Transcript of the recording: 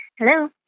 Hello